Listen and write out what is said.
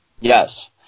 Yes